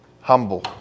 humble